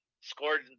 scored